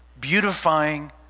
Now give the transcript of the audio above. beautifying